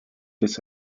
des